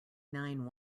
nine